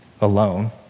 alone